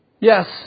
Yes